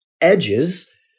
edges